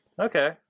Okay